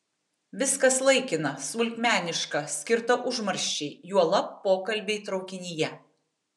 viskas laikina smulkmeniška skirta užmarščiai juolab pokalbiai traukinyje